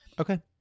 Okay